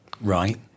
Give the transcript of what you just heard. Right